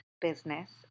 business